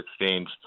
exchange